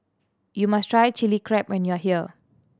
you must try Chili Crab when you are here